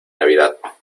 navidad